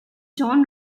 jon